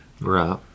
Right